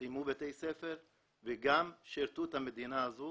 סיימו בתי ספר וגם שירתו את המדינה הזו,